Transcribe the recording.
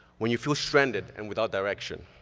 when you feel stranded and without direction,